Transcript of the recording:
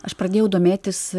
aš pradėjau domėtis